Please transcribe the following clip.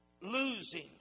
losing